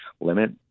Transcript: limit